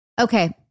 Okay